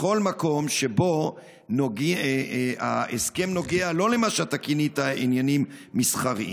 בכל מקום שבו ההסכם נוגע לא למה שאתה כינית עניינים מסחריים,